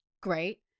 great